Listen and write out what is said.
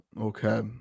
Okay